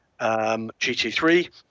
GT3